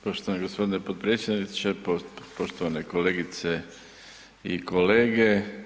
Poštovani gospodine potpredsjedniče, poštovane kolegice i kolege.